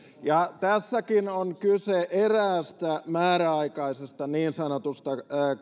ja tässäkin on kyse eräästä määräaikaisesta niin sanotusta